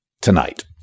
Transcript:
tonight